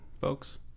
folks